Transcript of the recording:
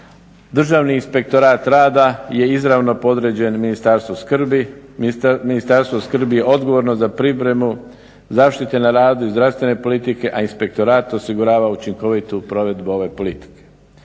Državni inspektorat rada je izravno podređen Ministarstvu skrbi. Ministarstvo skrbi je odgovorno za pripremu zaštite na radu, zdravstvene politike, a inspektorat osigurava učinkovitu provedbu ove politike.